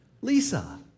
Lisa